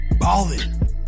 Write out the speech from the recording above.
ballin